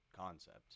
concept